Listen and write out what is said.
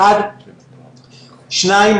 הבעיה השנייה,